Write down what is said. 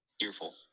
Earful